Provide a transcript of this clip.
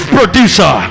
producer